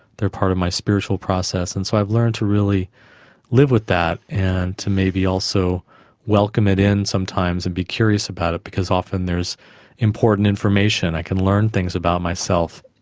they are part of my spiritual process. and so i've learned to really live with that and to maybe also welcome it in sometimes and be curious about it, because often there's important information, i can learn things about myself.